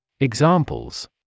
Examples